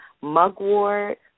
mugwort